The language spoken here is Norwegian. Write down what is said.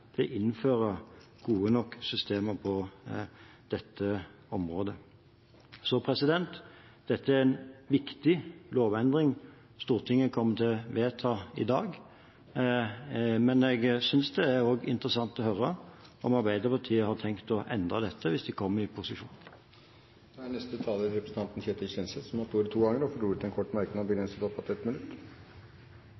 til å innføre gode nok systemer på dette området. Det er en viktig lovendring som Stortinget kommer til å vedta i dag. Men jeg synes det hadde vært interessant å få høre om Arbeiderpartiet har tenkt å endre på dette hvis de kommer i posisjon. Representanten Ketil Kjenseth har hatt ordet to ganger tidligere og får ordet til en kort merknad,